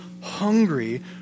hungry